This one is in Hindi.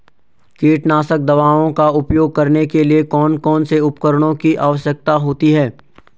कीटनाशक दवाओं का उपयोग करने के लिए कौन कौन से उपकरणों की आवश्यकता होती है?